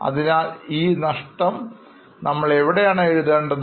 അതിനാൽ ഈ നഷ്ടം നമ്മൾ എവിടെയാണ് എഴുതേണ്ടത്